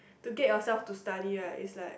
to get yourself to study right is like